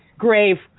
Grave